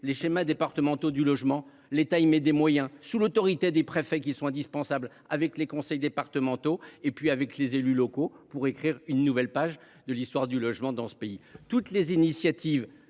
les schémas départementaux du logement. Il faut les généraliser ! L’État octroie des moyens, sous l’autorité des préfets – ils sont indispensables –, avec les conseils départementaux et avec les élus locaux, pour écrire une nouvelle page de l’histoire du logement dans notre pays. Toutes les initiatives